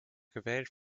gewählt